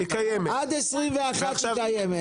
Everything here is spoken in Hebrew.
עד 21' היא קיימת,